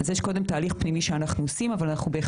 אז יש קודם תהליך פנימי שאנחנו עושים,